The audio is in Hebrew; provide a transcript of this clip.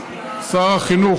שר החינוך,